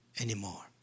anymore